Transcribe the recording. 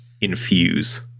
infuse